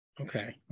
Okay